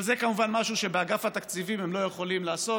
אבל זה כמובן משהו שבאגף התקציבים הם לא יכולים לעשות,